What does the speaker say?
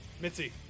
Mitzi